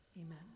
Amen